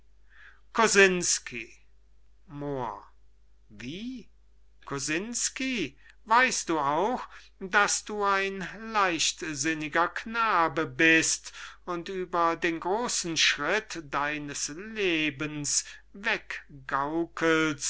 kosinsky moor wie kosinsky weist du auch daß du ein leichtsinniger knabe bist und über den grosen schritt deines lebens